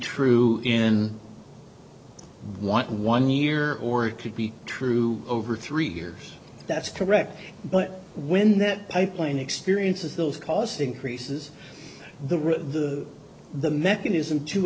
true in want one year or it could be true over three years that's correct but when that pipeline experiences those cost increases the really the the mechanism to